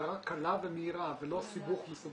הסדרה קלה ומהירה ולא סיבוך.